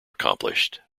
accomplished